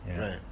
Right